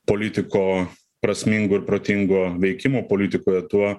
politiko prasmingų ir protingo veikimo politikoje tuo